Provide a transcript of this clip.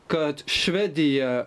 kad švedija